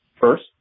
First